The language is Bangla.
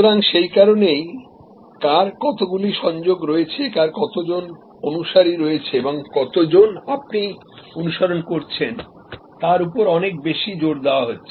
সুতরাং সেই কারণেই কার কতগুলি সংযোগ রয়েছে কার কতজন ফলোয়ার্স রয়েছে এবং কত লোক আপনি অনুসরণ করছেন তার উপর অনেক বেশি জোর দেওয়া হচ্ছে